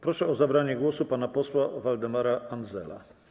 Proszę o zabranie głosu pana posła Waldemara Andzela.